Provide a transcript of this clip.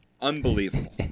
unbelievable